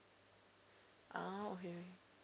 ah okay